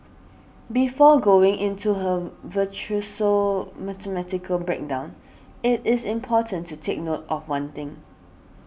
before going into her virtuoso mathematical breakdown it is important to take note of one thing